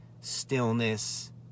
stillness